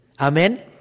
Amen